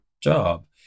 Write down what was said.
job